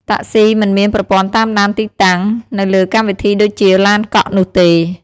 តាក់ស៊ីមិនមានប្រព័ន្ធតាមដានទីតាំង នៅលើកម្មវិធីដូចជាឡានកក់នោះទេ។